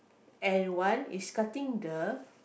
and one is cutting the